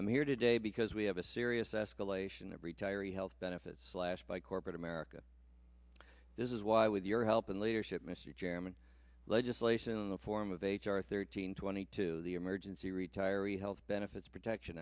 i'm here today because we have a serious escalation of retiree health benefits slashed by corporate america this is why with your help in leadership mr jammin legislation in the form of h r thirteen twenty two the emergency retiree health benefits protect